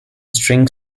string